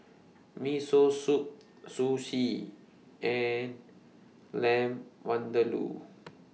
Miso Soup Sushi and Lamb Vindaloo